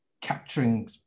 capturing